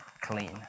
clean